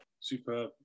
super